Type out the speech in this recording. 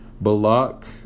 Balak